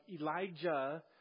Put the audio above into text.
Elijah